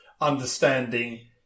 understanding